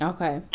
Okay